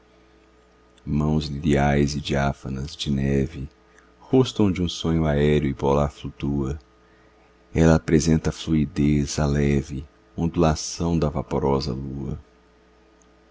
liriais e diáfanas de neve rosto onde um sonho aéreo e polar flutua ela apresenta a fluidez a leve ondulação da vaporosa lua